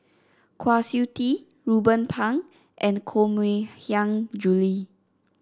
Kwa Siew Tee Ruben Pang and Koh Mui Hiang Julie